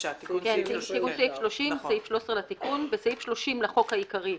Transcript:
"תיקון סעיף 30 13. בסעיף 30 לחוק העיקרי,